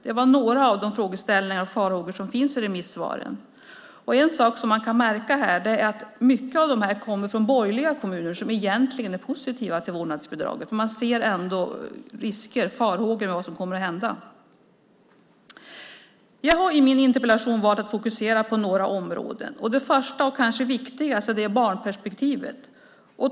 Det är några av de frågeställningar och farhågor som finns i remissvaren. En sak som man kan märka är att många av dessa farhågor och frågor finns i borgerliga kommuner, som egentligen är positiva till vårdnadsbidraget. De hyser, trots detta, farhågor om vad som kommer att hända. Jag har i min interpellation valt att fokusera på några områden. Det första och kanske viktigaste är barnperspektivet.